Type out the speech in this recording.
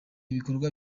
ibikorwa